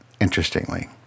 Interestingly